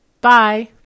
bye